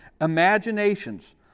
imaginations